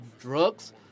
drugs